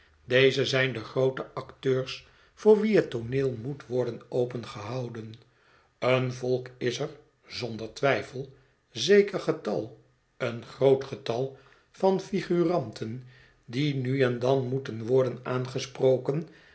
deze zijn de groote acteurs voor wie het tooneel moet worden opengehouden een volk is er zonder twijfel zeker getal een groot getal van figuranten die nu en dan moeten worden aangesproken